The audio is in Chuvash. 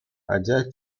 ача